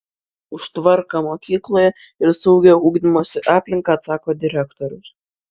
už tvarką mokykloje ir saugią ugdymosi aplinką atsako direktorius